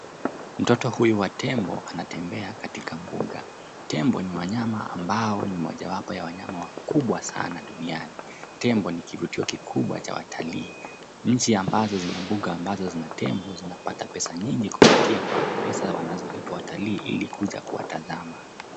Mtoto huyu wa tembo anatembea katika mbuga. Tembo ni wanyama ambao ni mojawapo ya wanyama wakubwa sana duniani. Tembo ni kivutio kikubwa cha watalii. Nchi ambazo zina mbuga ambazo zina tembo ziapata pesa nyingi kupitia kwa pesa wanazolipa watalii ili kuja kuwatazama.